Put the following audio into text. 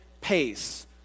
pace